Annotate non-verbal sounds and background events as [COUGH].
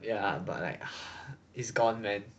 ya but like [BREATH] is gone man